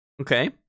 okay